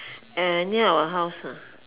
and near our house ah